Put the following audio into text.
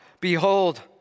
Behold